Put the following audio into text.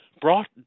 brought